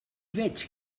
veig